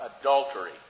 adultery